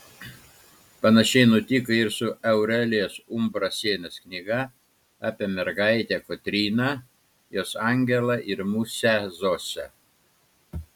panašiai nutiko ir su aurelijos umbrasienės knyga apie mergaitę kotryną jos angelą ir musę zosę